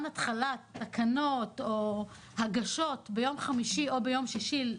התחלת תקנות או הגשות ביום חמישי או ביום שישי,